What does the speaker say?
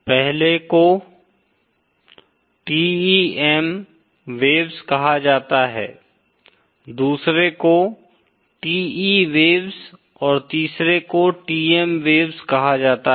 पहले को TEM waves कहा जाता है दूसरे को TE वेव्स और तीसरे को TM वेव्स कहा जाता है